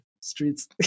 Streets